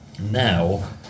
now